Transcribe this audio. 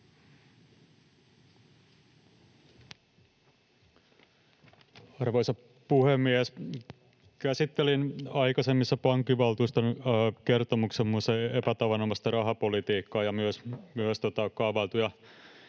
Arvoisa puhemies! Käsittelin aikaisemmissa pankkivaltuuston kertomuksissa muun muassa epätavanomaista rahapolitiikkaa ja myös kaavailtuja